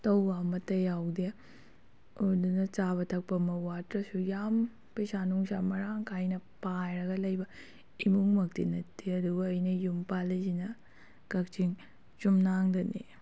ꯇꯧꯕ ꯑꯃꯇ ꯌꯥꯎꯗꯦ ꯑꯗꯨꯅ ꯆꯥꯕ ꯊꯛꯄꯃꯛ ꯋꯥꯠꯇ꯭꯭ꯔꯁꯨ ꯌꯥꯝ ꯄꯩꯁꯥ ꯅꯨꯡꯁꯥ ꯃꯔꯥꯡ ꯀꯥꯏꯅ ꯄꯥꯏꯔꯒ ꯂꯩꯕ ꯏꯃꯨꯡꯃꯛꯇꯤ ꯅꯠꯇꯦ ꯑꯗꯨꯒ ꯑꯩꯅ ꯌꯨꯝ ꯄꯥꯜꯂꯤꯁꯤꯅ ꯀꯛꯆꯤꯡ ꯆꯨꯝꯅꯥꯡꯗꯅꯤ